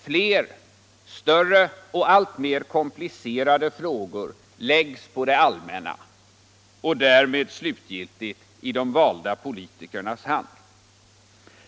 Fler, större och alltmer komplicerade frågor läggs på det allmänna och därmed slutgiltigt i de valda politikernas händer.